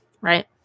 right